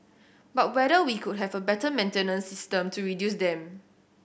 but whether we could have a better maintenance system to reduce them